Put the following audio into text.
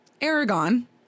Aragon